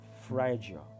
Phrygia